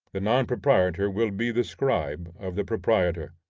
the non-proprietor will be the scribe of the proprietor.